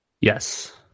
Yes